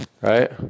Right